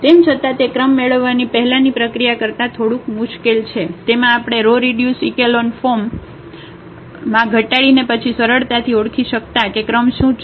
તેમ છતાં તે ક્રમ મેળવવાની પહેલાંની પ્રક્રિયા કરતા થોડું મુશ્કેલ છે તેમાં આપણે રો રીડ્યુસ ઇકેલોન ફોર્મ માં ઘટાડીને પછી સરળતાથી ઓળખી શકતા કે ક્રમ શું છે